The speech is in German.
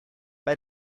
bei